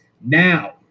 now